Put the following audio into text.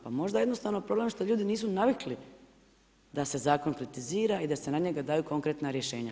Pa možda je jednostavno problem što ljudi nisu navikli da se zakon kritizira i da se na njega daju konkretna rješenja.